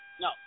No